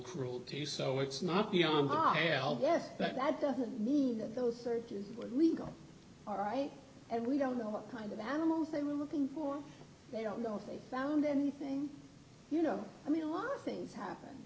cruelty so it's not beyond this that that doesn't mean that those searches were legal all right and we don't know what kind of animals they were looking for they don't know if they found anything you know i mean a lot of things happen